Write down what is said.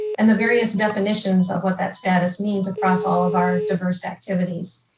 and the various definitions of what that status means across all of our diverse activities.